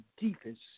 deepest